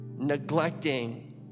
neglecting